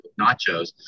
nachos